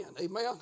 amen